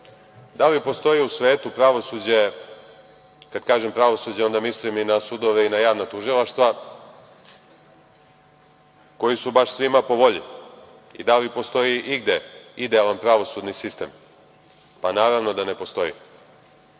Da li postoji u svetu pravosuđe, kada kažem pravosuđe, onda mislim i na sudove i na javna tužilaštva, koju su baš svima po volji i da li postoji igde idealan pravosudni sistem. Naravno da ne postoji.